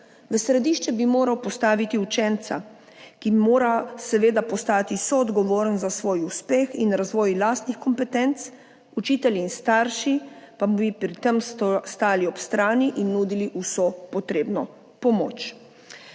V središče bi moral postaviti učenca, ki mora seveda postati soodgovoren za svoj uspeh in razvoj lastnih kompetenc. Učitelji in starši pa mu bi pri tem stali ob strani in nudili vso potrebno pomoč.